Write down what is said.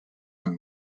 amb